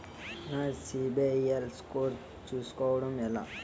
నా సిబిఐఎల్ స్కోర్ చుస్కోవడం ఎలా?